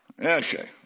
Okay